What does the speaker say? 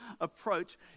approach